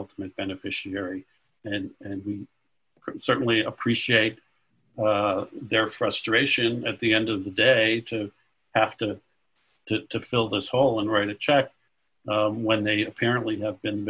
ultimate beneficiary and we certainly appreciate their frustration at the end of the day to have to just to fill this hole and write a check when they apparently have been